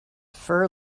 fur